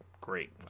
great